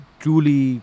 truly